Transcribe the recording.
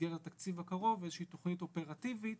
במסגרת התקציב הקרוב איזושהי תוכנית אופרטיבית